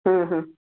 ହଁ ହଁ